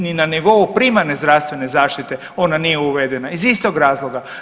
Ni na nivou primarne zdravstvene zaštite ona nije uvedena iz istog razloga.